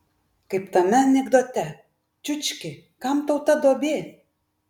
kaip tame anekdote čiukči kam tau ta duobė